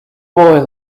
boy